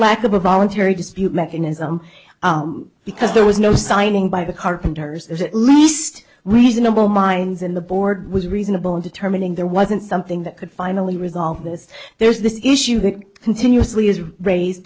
lack of a voluntary dispute mechanism because there was no signing by the carpenters the least reasonable minds in the board was reasonable in determining there wasn't something that could finally resolve this there's this issue continuously is raised